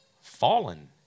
fallen